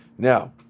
Now